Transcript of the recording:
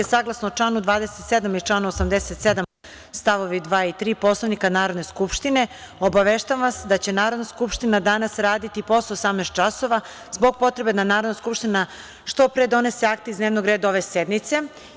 Saglasno članu 27. i članu 87. stavovi 2. i 3. Poslovnika Narodne skupštine, obaveštavam vas da će Narodna skupština danas raditi i posle 18.00 časova zbog potrebe da Narodna skupština što pre donese akte iz dnevnog reda ove sednice.